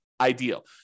ideal